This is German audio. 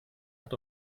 hat